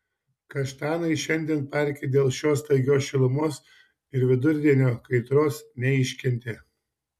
kaštanai šiandien parke dėl šios staigios šilumos ir vidurdienio kaitros neiškentė